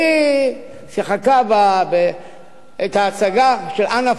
היא שיחקה בהצגה על אנה פרנק,